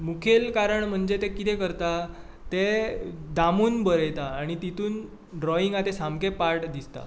मुखेल कारण म्हणजे ते कितें करता ते दामून बरयता आनी तितून ड्रोयींग आहा तें सामकें पाड दिसता